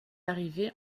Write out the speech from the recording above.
arrivé